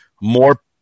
more